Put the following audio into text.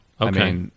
Okay